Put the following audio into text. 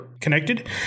connected